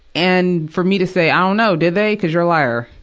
and for me to say, i dunno, did they? cuz you're a liar.